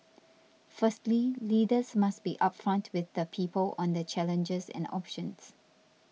firstly leaders must be upfront with the people on the challenges and options